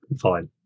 Fine